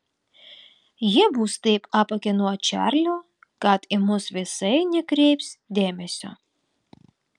jie bus taip apakę nuo čarlio kad į mus visai nekreips dėmesio